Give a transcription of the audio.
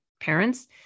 parents